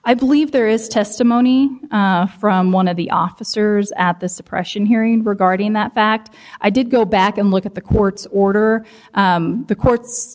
i believe there is testimony from one of the officers at the suppression hearing regarding that fact i did go back and look at the court's order the court